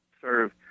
serve